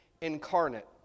incarnate